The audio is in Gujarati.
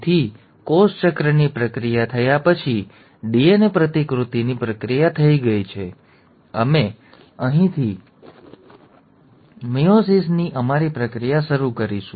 તેથી કોષ ચક્રની પ્રક્રિયા થયા પછી ડીએનએ પ્રતિકૃતિની પ્રક્રિયા થઈ ગઈ છે અમે અહીંથી મેયોસિસની અમારી પ્રક્રિયા શરૂ કરીશું